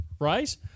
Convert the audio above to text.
right